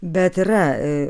bet yra